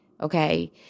Okay